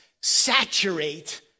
saturate